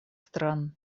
стран